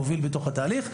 הוביל בתוך התהליך.